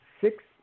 six